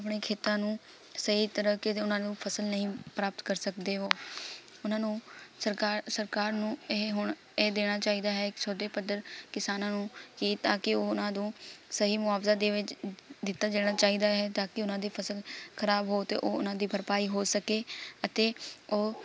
ਆਪਣੇ ਖੇਤਾਂ ਨੂੰ ਸਹੀ ਤਰ੍ਹਾਂ ਕੇ ਦੇ ਉਹਨਾਂ ਨੂੰ ਫਸਲ ਨਹੀਂ ਪ੍ਰਾਪਤ ਕਰ ਸਕਦੇ ਉਹ ਉਹਨਾਂ ਨੂੰ ਸਰਕਾਰ ਸਰਕਾਰ ਨੂੰ ਇਹ ਹੁਣ ਇਹ ਦੇਣਾ ਚਾਹੀਦਾ ਹੈ ਇੱਕ ਛੋਟੇ ਪੱਧਰ ਕਿਸਾਨਾਂ ਨੂੰ ਕਿ ਤਾਂ ਕਿ ਉਹ ਉਹਨਾਂ ਨੂੰ ਸਹੀ ਮੁਆਵਜ਼ਾ ਦੇਵੇ ਜ ਦਿੱਤਾ ਜਾਣਾ ਚਾਹੀਦਾ ਹੈ ਤਾਂ ਕਿ ਉਹਨਾਂ ਦੀ ਫਸਲ ਖ਼ਰਾਬ ਹੋ ਤਾਂ ਉਹਨਾਂ ਦੀ ਭਰਪਾਈ ਹੋ ਸਕੇ ਅਤੇ ਉਹ